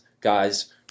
guys